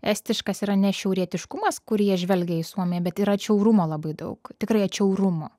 estiškas yra ne šiaurietiškumas kur jie žvelgia į suomiją bet yra atšiaurumo labai daug tikrai atšiaurumo